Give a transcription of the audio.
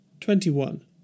twenty-one